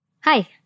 Hi